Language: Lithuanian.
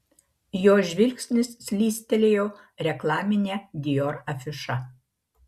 jo žvilgsnis slystelėjo reklamine dior afiša